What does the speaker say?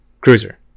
Cruiser